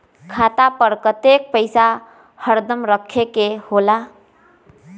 खाता पर कतेक पैसा हरदम रखखे के होला?